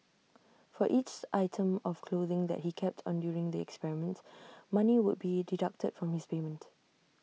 for each item of clothing that he kept on during the experiment money would be deducted from his experiment